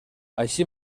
així